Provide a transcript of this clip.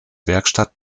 werkstatt